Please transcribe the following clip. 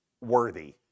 worthy